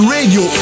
Radio